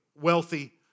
wealthy